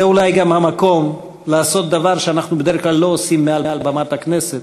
זה אולי גם המקום לעשות דבר שאנחנו בדרך כלל לא עושים מעל במת הכנסת